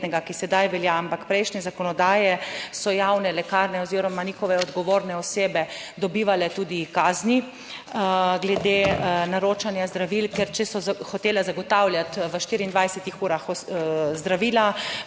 ki sedaj velja, ampak prejšnje zakonodaje, so javne lekarne oziroma njihove odgovorne osebe dobivale tudi kazni glede naročanja zdravil, ker če so hotele zagotavljati v 24 urah zdravila,